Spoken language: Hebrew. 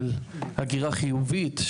של הגירה חיובית.